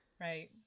Right